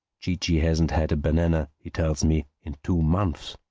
chee-chee hasn't had a banana, he tells me, in two months.